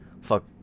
fuck